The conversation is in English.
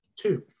two